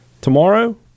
tomorrow